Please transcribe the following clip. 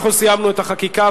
אנחנו סיימנו את החקיקה.